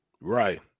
Right